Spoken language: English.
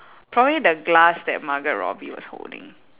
probably the glass that margot robbie was holding